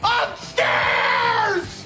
upstairs